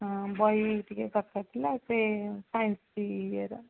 ହଁ ବହି ଟିକେ ଦରକାର ଥିଲା ସେ ସାଇନ୍ସ ଇଏର